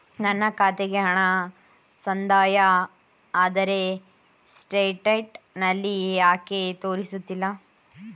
ನನ್ನ ಖಾತೆಗೆ ಹಣ ಸಂದಾಯ ಆದರೆ ಸ್ಟೇಟ್ಮೆಂಟ್ ನಲ್ಲಿ ಯಾಕೆ ತೋರಿಸುತ್ತಿಲ್ಲ?